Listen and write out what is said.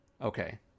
Okay